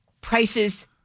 prices